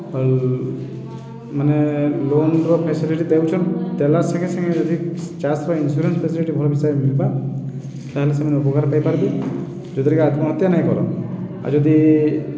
ଆଉ ମାନେ ଲୋନ୍ର ଫେସିଲିଟି ଦେଉଛନ୍ ଦେଲା ସାଙ୍ଗେ ସାଙ୍ଗେ ଯଦି ଚାଷ୍ ବା ଇନ୍ସୁରାନ୍ସ ଫେସିଲିଟି ଭଲ୍ ହିସାବେ ମିଲ୍ବା ତା'ହେଲେ ସେମାନେ ଉପକାର ପାଇପାର୍ବେ ଯୋଉଥିରେ କିି ଆତ୍ମହତ୍ୟା ନାଇଁ କରନ୍ ଆଉ ଯଦି